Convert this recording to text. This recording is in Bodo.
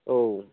औ